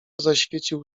zaświecił